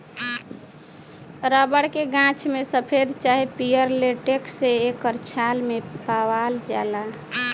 rubber के गाछ में सफ़ेद चाहे पियर लेटेक्स एकर छाल मे पावाल जाला